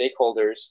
stakeholders